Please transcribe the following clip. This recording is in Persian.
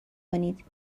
کنید